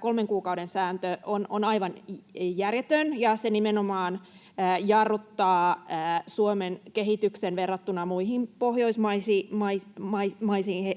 kolmen kuukauden sääntö on aivan järjetön ja se nimenomaan jarruttaa Suomen kehityksen verrattuna